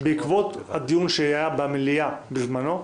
בעקבות הדיון שהיה במליאה בזמנו,